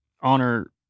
honor